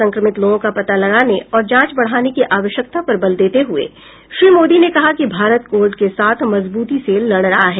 संक्रमित लोगों का पता लगाने और जांच बढाने की आवश्यकता पर बल देते हुए श्री मोदी ने कहा कि भारत कोविड के साथ मजबूती से लड़ रहा है